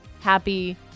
happy